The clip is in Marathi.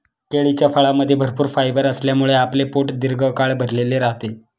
केळीच्या फळामध्ये भरपूर फायबर असल्यामुळे आपले पोट दीर्घकाळ भरलेले राहते